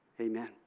Amen